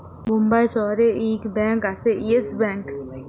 বোম্বাই শহরে ইক ব্যাঙ্ক আসে ইয়েস ব্যাঙ্ক